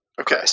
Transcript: Okay